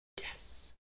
Yes